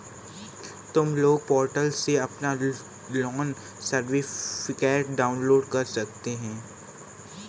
तुम loan portal से अपना लोन सर्टिफिकेट डाउनलोड कर सकते हो